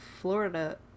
florida